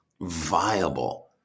viable